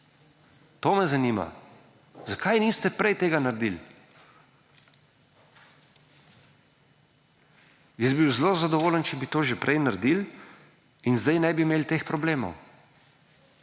To me zanima. Zakaj niste prej tega naredili? Jaz bi bil zelo zadovoljen, če bi to že prej naredili in zdaj ne bi imeli teh problemov.